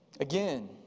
again